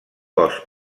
cos